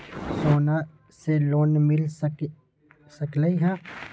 सोना से लोन मिल सकलई ह?